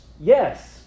yes